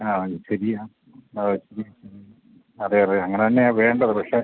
ആ ശരിയാ ആ അതെ അതെ അങ്ങനെ തന്നെയാണ് വേണ്ടത് പക്ഷേ